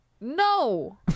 No